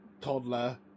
toddler